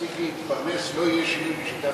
שיש הרבה